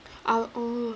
ah oh